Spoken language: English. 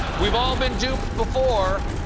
we've all been duped before.